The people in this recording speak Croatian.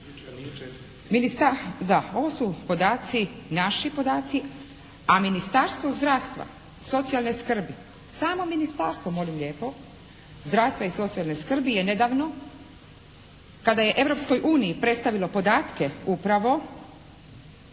ovo su podaci, naši podaci, a Ministarstvo zdravstva i socijalne skrbi, samo Ministarstvo, molim lijepo, zdravstva i socijalne skrbi je nedavno kada je Europskoj uniji predstavilo podatke upravo